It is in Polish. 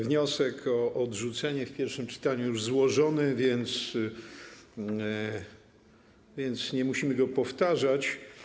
Wniosek o odrzucenie w pierwszym czytaniu już złożony, więc nie musimy go powtarzać.